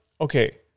okay